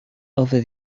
over